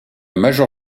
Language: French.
major